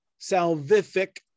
salvific